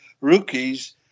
rookies